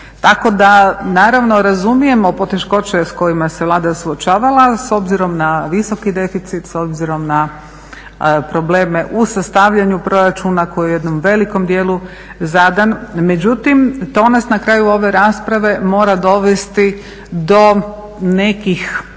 Tako da naravno razumijemo poteškoće s kojima se Vlada suočavala s obzirom na visoki deficit, s obzirom na probleme u sastavljanju proračuna koji je u jednom velikom dijelu zadan. Međutim to nas na kraju ove rasprave mora dovesti do nekih